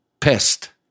pissed